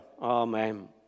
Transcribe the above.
Amen